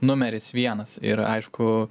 numeris vienas ir aišku